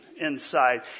inside